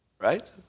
Right